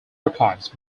archives